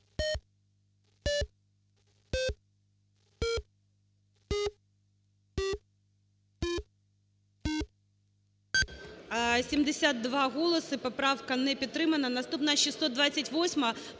72 голоси. Поправка не підтримана. Наступна – 628-а.